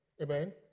Amen